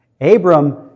Abram